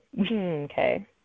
Okay